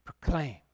Proclaim